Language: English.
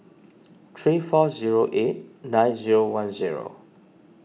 three four zero eight nine zero one zero